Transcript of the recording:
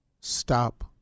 Stop